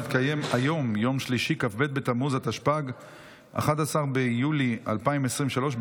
התשפ"ג 2023,